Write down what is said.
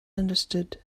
understood